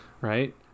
Right